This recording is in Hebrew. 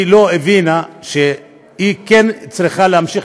היא לא הבינה אם היא כן צריכה להמשיך